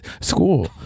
school